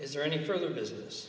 is there any further business